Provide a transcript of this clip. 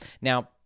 Now